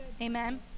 amen